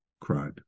cried